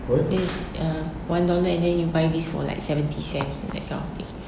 eh err one dollar and then you buy this for like seventy cents like that